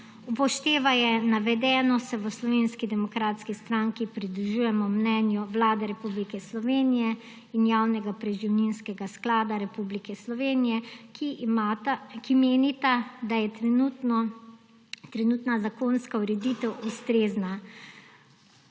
Upoštevaje navedeno, se v Slovenski demokratski stranki pridružujemo mnenju Vlade Republike Slovenije in Javnega preživninskega sklada Republike Slovenije, ki menita, da je trenutna zakonska ureditev ustrezna.